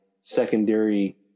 secondary